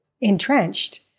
entrenched